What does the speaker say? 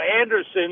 Anderson